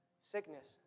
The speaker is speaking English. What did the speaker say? sickness